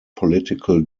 political